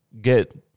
get